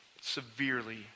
severely